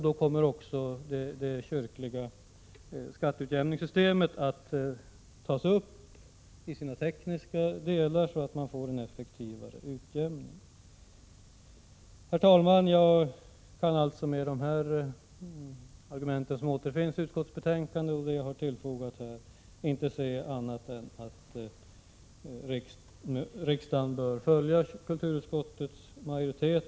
Då kommer också det kyrkliga skatteutjämningssystemets tekniska delar att tas upp, så att man får till stånd en effektivare utjämning. Herr talman! Jag kan mot bakgrund av de argument som återfinns i utskottets betänkande och dem som jag här har tillfogat inte se annat än att riksdagen bör stödja förslaget från kulturutskottets majoritet.